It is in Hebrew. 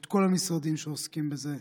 את כל המשרדים שעוסקים בזה,